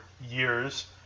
years